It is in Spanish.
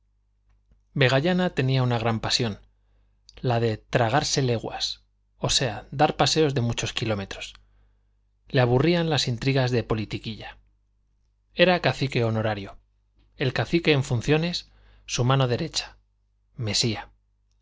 secreto vegallana tenía una gran pasión la de tragarse leguas o sea dar paseos de muchos kilómetros le aburrían las intrigas de politiquilla era cacique honorario el cacique en funciones su mano derecha mesía